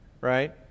Right